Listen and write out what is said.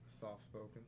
Soft-spoken